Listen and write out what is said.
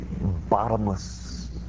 bottomless